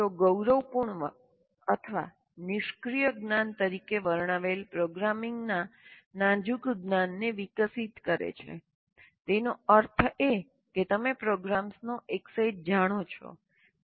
વિદ્યાર્થીઓ ગૌરવપૂર્ણ અથવા નિષ્ક્રિય જ્ઞાન તરીકે વર્ણવેલ પ્રોગ્રામિંગના નાજુક જ્ઞાનને વિકસિત કરે છે તેનો અર્થ એ કે તમે પ્રોગ્રામ્સનો એક સેટ જાણો છો